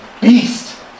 Beast